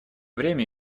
время